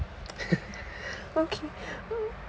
okay